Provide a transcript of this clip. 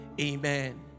Amen